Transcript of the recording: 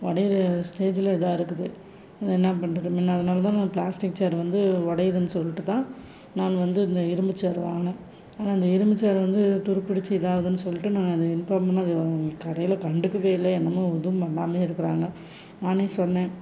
உடையிற ஸ்டேஜில் இதாக இருக்குது இதை என்ன பண்ணுறது முன்ன அதனால்தான் நான் ப்ளாஸ்டிக் சேர் வந்து உடையிதுன்னு சொல்லிவிட்டுதான் நான் வந்து இந்த இரும்பு சேர் வாங்கினேன் ஆனால் அந்த இரும்பு சேர் வந்து துருப்புடிச்சு இதாகுதுன்னு சொல்லிட்டு நான் அதை இன்ஃபார்ம் பண்ணிணா அதை அவங்க கடையில் கண்டுக்கவே இல்லை என்னமோ எதுவும் பண்ணாமயே இருக்கிறாங்க நானே சொன்னேன்